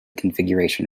configuration